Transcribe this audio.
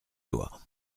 lois